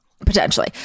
Potentially